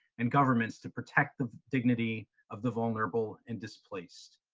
and governments to protect the dignity of the vulnerable and displaced.